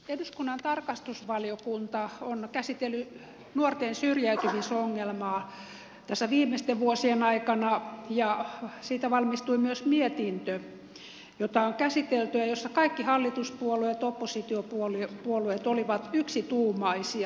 eduskunnan tarkastusvaliokunta on käsitellyt nuorten syrjäytymisongelmaa viimeisten vuosien aikana ja siitä valmistui myös mietintö jota on käsitelty ja jossa kaikki hallituspuolueet oppositiopuolueet olivat yksituumaisia